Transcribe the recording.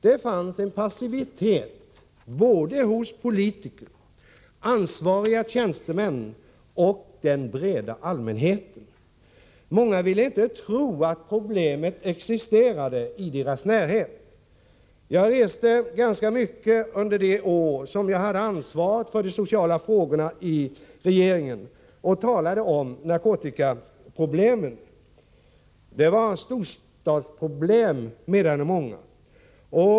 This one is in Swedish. Det fanns en passivitet hos politiker, ansvariga tjänstemän och hos den breda allmänheten. Många ville inte tro att problemet existerade i deras närhet. Jag reste ganska mycket och talade om narkotikaproblemen under de år som jag hade ansvaret för de sociala frågorna i regeringen. Det var ett storstadsproblem, menade många.